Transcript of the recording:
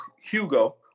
Hugo